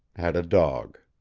had a dog.